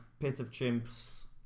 pitofchimps